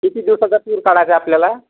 किती दिवसाचा ट्रिप काढायचा आहे आपल्याला